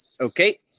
Okay